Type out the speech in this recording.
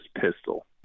pistol